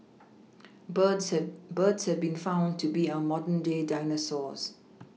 birds have birds have been found to be our modern day dinosaurs